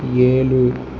ஏழு